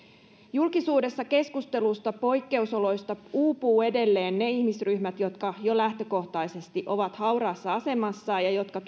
julkisuudessa keskustelusta poikkeusoloista uupuvat edelleen ne ihmisryhmät jotka jo lähtökohtaisesti ovat hauraassa asemassa ja